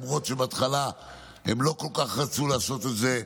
למרות שבהתחלה הם לא כל כך רצו לעשות את זה,